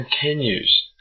continues